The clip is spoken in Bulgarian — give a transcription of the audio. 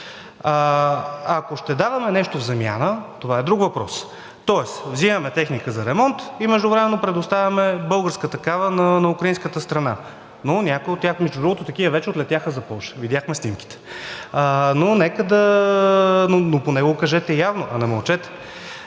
Ако ще даваме нещо в замяна, това е друг въпрос. Тоест взимаме техника за ремонт и междувременно предоставяме българска такава на украинската страна. Между другото, такива вече отлетяха за Полша. Видяхме снимките, но поне го кажете явно, а не мълчете.